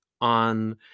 on